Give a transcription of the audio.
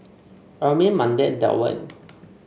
Ermine Mandi and Delwin